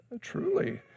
Truly